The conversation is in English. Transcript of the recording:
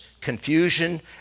confusion